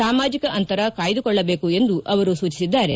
ಸಾಮಾಜಿಕ ಅಂತರ ಕಾಯ್ಲುಕೊಳ್ಳಬೇಕು ಎಂದು ಅವರು ಸೂಚಿಸಿದ್ದಾರೆ